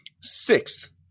sixth